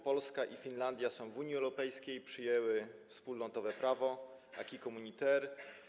Polska i Finlandia są w Unii Europejskiej, przyjęły wspólnotowe prawo, acquis communautaire.